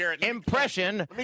impression